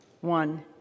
one